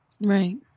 Right